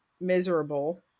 miserable